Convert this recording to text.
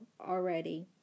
already